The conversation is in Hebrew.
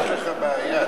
יש לך בעיה,